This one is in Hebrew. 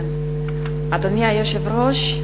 אדוני היושב-ראש,